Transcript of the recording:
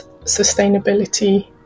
sustainability